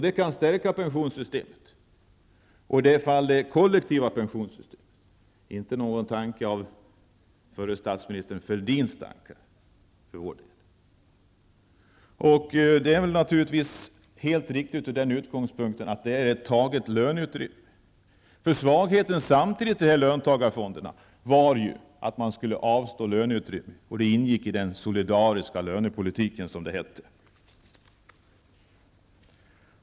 Det kan stärka pensionssystemet, dvs. det kollektiva pensionssystemet och inte något av förre statsministern Fälldins förslag. Det är naturligtvis helt riktigt med tanke på att dessa pengar tagits från löneutrymmet. Svagheten i löntagarfonderna var ju att man skulle avstå löneutrymme, det ingick i den solidariska lönepolitiken, som det hette.